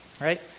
right